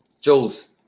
Jules